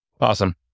Awesome